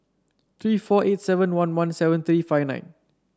three four eight seven one one seven three five nine